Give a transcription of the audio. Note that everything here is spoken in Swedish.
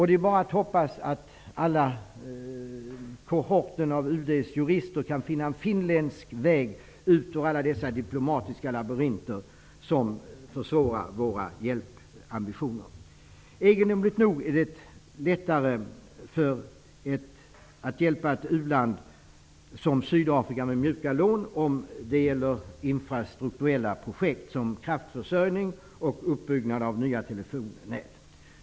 Det är bara att hoppas att kohorten av UD:s jurister kan finna en finländsk väg ut ur alla dessa diplomatiska labyrinter som försvårar våra hjälpambitioner. Egendomligt nog är det lättare att hjälpa ett u-land som Sydafrika med mjuka lån om det gäller infrastrukturella projekt som kraftförsörjning och uppbyggnad av nya telefonnät.